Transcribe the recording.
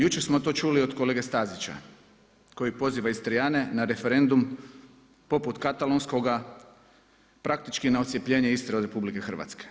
Jučer smo to čuli od kolege Stazića koji poziva Istrijane na referendum poput katalonskoga, praktički na odcjepljenje Istre od RH.